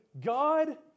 God